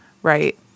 Right